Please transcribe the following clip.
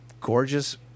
gorgeous